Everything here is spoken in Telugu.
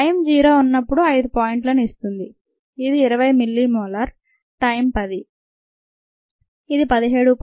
టైం జీరో ఉన్నప్పుడు 5 పాయింట్లను ఇస్తుంది ఇది 20 మిల్లీమోలార్ టైం 10 ఇది 17